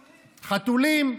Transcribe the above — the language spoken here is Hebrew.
חתולים.